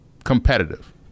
competitive